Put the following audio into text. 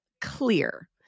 clear